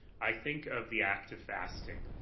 i think of the active fasting,